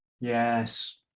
Yes